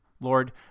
Lord